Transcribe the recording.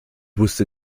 wusste